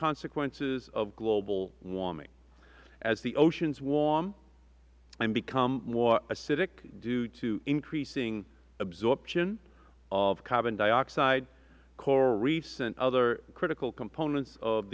consequences of global warming as the oceans warm and become more acidic due to increasing absorption of carbon dioxide coral reefs and other critical components of